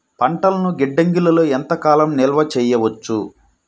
పంటలను గిడ్డంగిలలో ఎంత కాలం నిలవ చెయ్యవచ్చు?